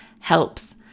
helps